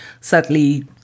sadly